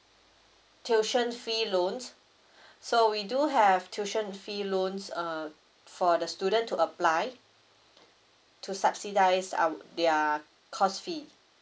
tuition fee loans so we do have tuition fee loans err for the student to apply to subsidise um their course fee